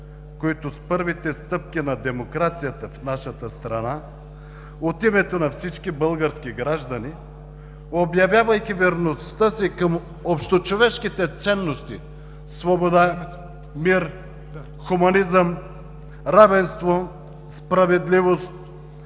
които с първите стъпки на демокрацията в нашата страна от името на всички български граждани, обявявайки верността си към общочовешките ценности – свобода, мир, хуманизъм, равенство, справедливост и